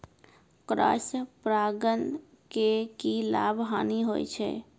Cross परागण के की लाभ, हानि होय छै?